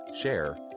share